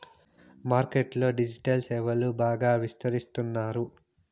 market లో digital సేవలు బాగా విస్తరిస్తున్నారు